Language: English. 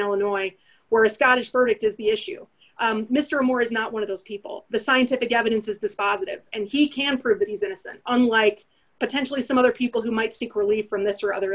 illinois where a scottish verdict is the issue mr moore is not one of those people the scientific evidence is dispositive and he can prove that he's innocent unlike potentially some other people who might seek relief from this or other